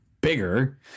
bigger